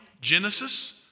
Genesis